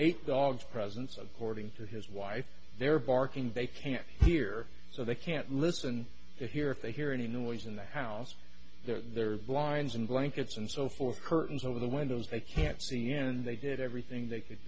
eight dogs presence of according to his wife they're barking bait can't hear so they can't listen to hear if they hear any noise in the house they're there blinds and blankets and so forth curtains over the windows they can't c n n they did everything they could